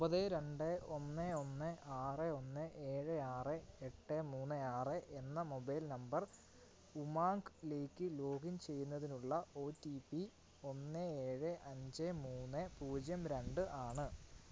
ഒമ്പത് രണ്ട് ഒന്ന് ഒന്ന് ആറ് ഒന്ന് ഏഴ് ആറ് എട്ട് മൂന്ന് ആറ് എന്ന മൊബൈൽ നമ്പർ ഉമാങ്ക്ലേക്ക് ലോഗിൻ ചെയ്യുന്നതിനുള്ള ഒ റ്റി പ്പി ഒന്ന് ഏഴ് അഞ്ച് മൂന്ന് പൂജ്യം രണ്ട് ആണ്